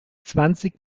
zwanzig